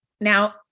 Now